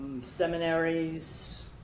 seminaries